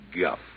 guff